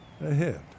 Ahead